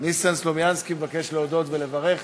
ניסן סלומינסקי מבקש להודות ולברך.